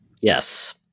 Yes